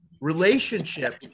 relationship